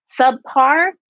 subpar